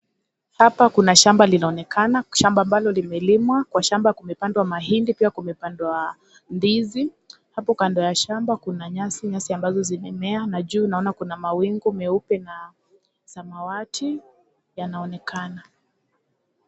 Hapa kuna shamba linaonekana shamba ambalo limelimwa kwa shamba kumepandwa mahindi, pia kumepandwa ndizi hapo kando ya shamba kuna nyasi, nyasi ambazo zimemea na juu naona kuna mwaingu meupe na samawati yanaonekana.